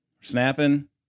Snapping